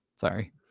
Sorry